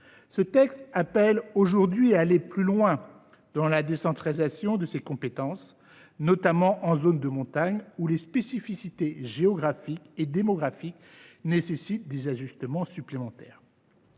Ce texte appelle aujourd’hui à aller plus loin dans la décentralisation de ces compétences, notamment en zone de montagne où les spécificités géographiques et démographiques nécessitent des ajustements supplémentaires.